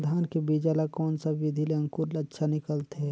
धान के बीजा ला कोन सा विधि ले अंकुर अच्छा निकलथे?